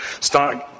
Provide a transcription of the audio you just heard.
start